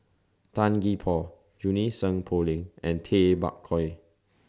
Tan Gee Paw Junie Sng Poh Leng and Tay Bak Koi